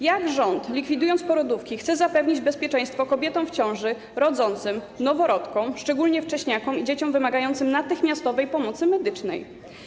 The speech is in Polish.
Jak rząd, likwidując porodówki, chce zapewnić bezpieczeństwo kobietom w ciąży, rodzącym, noworodkom, szczególnie wcześniakom i dzieciom wymagającym natychmiastowej pomocy medycznej?